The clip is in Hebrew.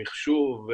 מחשוב,